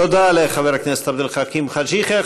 תודה לחבר הכנסת עבד אל חכים חאג' יחיא.